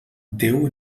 déu